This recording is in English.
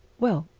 well,